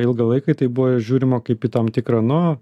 ilgą laiką į tai buvo žiūrima kaip į tam tikrą nu